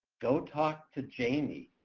go talk to jayme.